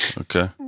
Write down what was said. okay